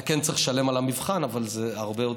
אתה כן צריך לשלם על המבחן, אבל זה מעט.